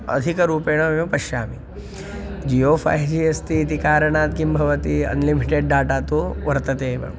अधिकरूपेण वेव पश्यामि Jio five G अस्ति इति कारणात् किं भवति अन्लिमिटेड् डाटा तु वर्तते एव